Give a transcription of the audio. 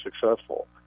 successful